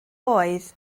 oedd